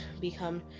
become